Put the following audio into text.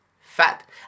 fat